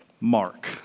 Mark